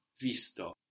visto